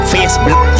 Facebook